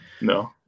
No